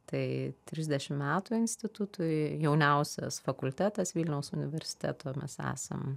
tai trisdešim metų institutui jauniausias fakultetas vilniaus universiteto mes esam